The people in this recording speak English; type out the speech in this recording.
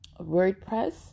WordPress